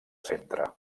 centre